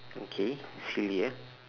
okay silly yeah